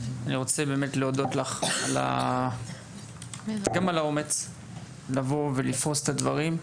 אני רוצה להודות לך גם על האומץ לבוא ולפרוס את הדברים.